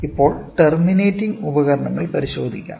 ഇപ്പോൾ ടെർമിനേറ്റിംഗ് ഉപകരണങ്ങൾ പരിശോധിക്കാം